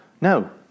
No